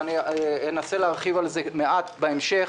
ואנסה להרחיב על זה מעט בהמשך,